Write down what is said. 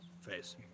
face